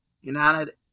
United